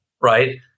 right